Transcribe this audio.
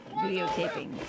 videotaping